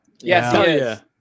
Yes